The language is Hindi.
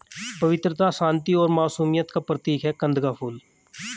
पवित्रता, शांति और मासूमियत का प्रतीक है कंद का फूल